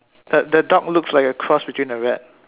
the the dog looks like a cross between a rat